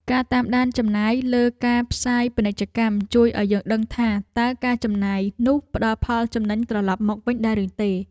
ការតាមដានចំណាយលើការផ្សាយពាណិជ្ជកម្មជួយឱ្យយើងដឹងថា តើការចំណាយនោះផ្ដល់ផលចំណេញត្រឡប់មកវិញដែរឬទេ។